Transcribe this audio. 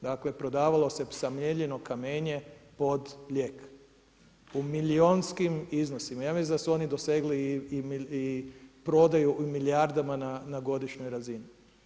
Dakle, prodavalo se samljeveno kamenje pod lijek, u milijunskim iznosima, ja mislim da su oni dosegli i prodaju u milijardama na godišnjoj razini.